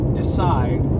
decide